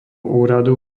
úradu